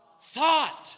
thought